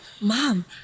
mom